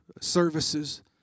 services